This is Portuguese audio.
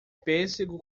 pêssego